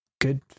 good